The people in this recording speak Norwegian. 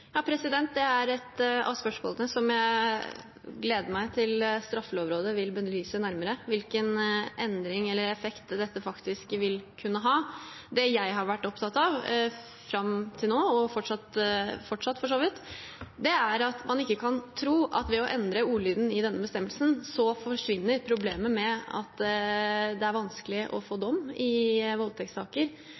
Det er et av spørsmålene som jeg gleder meg til at Straffelovrådet vil belyse nærmere, hvilken effekt dette faktisk vil kunne ha. Det jeg har vært opptatt av fram til nå – og for så vidt fortsatt er – er at man ikke kan tro at ved å endre ordlyden i denne bestemmelsen forsvinner problemet med at det er vanskelig å få dom i voldtektssaker.